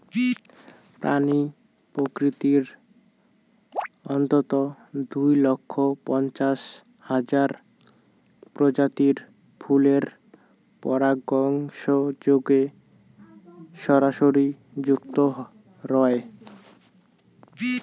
প্রাণী প্রকৃতির অন্ততঃ দুই লক্ষ পঞ্চাশ হাজার প্রজাতির ফুলের পরাগসংযোগে সরাসরি যুক্ত রয়